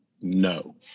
No